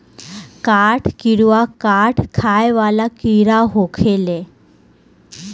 काठ किड़वा काठ खाए वाला कीड़ा होखेले